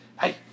Hey